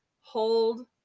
hold